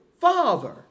father